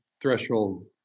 threshold